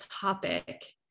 topic